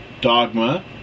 Dogma